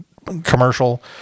Commercial